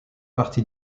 partie